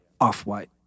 Off-white